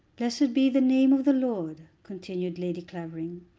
blessed be the name of the lord, continued lady clavering.